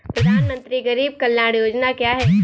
प्रधानमंत्री गरीब कल्याण योजना क्या है?